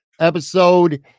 episode